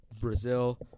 Brazil